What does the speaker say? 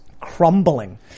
crumbling